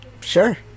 Sure